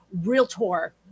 realtor